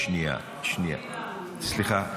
שנייה, שנייה, סליחה.